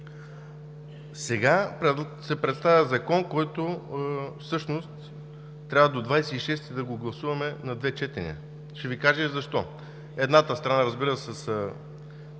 Сега се представя Закон, който всъщност трябва да го гласуваме до 26-и на двете четения. Ще Ви кажа защо: едната страна, разбира се, са